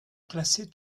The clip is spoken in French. classer